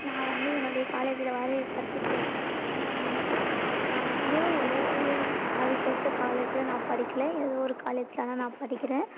நான் வந்து என்னுடைய காலேஜில் வரைய கத்துகிட்ருக்கேன் ஆனால் வந்து நான் வந்து ஓவியன் அதுக்கேற்ற காலேஜில் நான் படிக்கல ஏதோ ஒரு காலேஜில் ஆனால் நான் படிக்கிறேன்